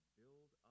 build